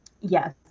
Yes